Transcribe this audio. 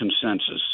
consensus